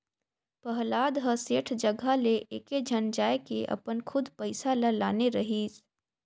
पहलाद ह सेठ जघा ले एकेझन जायके अपन खुद पइसा ल लाने रहिस